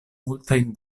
multajn